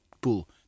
pool